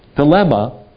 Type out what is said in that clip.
dilemma